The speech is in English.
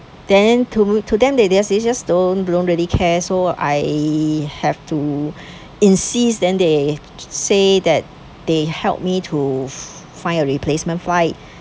then to to them they they're just don't don't really care so I have to insist then they said that they would help me to find a replacement flight